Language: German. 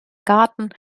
garten